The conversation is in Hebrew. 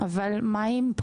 ואנחנו מכווינים,